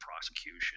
prosecution